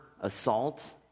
assault